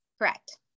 Correct